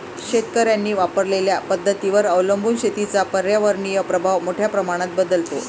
शेतकऱ्यांनी वापरलेल्या पद्धतींवर अवलंबून शेतीचा पर्यावरणीय प्रभाव मोठ्या प्रमाणात बदलतो